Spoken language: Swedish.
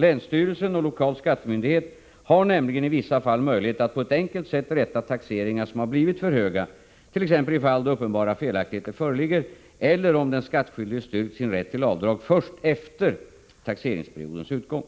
Länsstyrelsen och lokal skattemyndighet har nämligen i vissa fall möjlighet att på ett enkelt sätt rätta taxeringar som blivit för höga, t.ex. i fall då uppenbara felaktigheter föreligger eller om den skattskyldige styrkt sin rätt till avdrag först efter taxeringsperiodens utgång.